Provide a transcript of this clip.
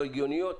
לא הגיוניות